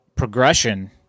progression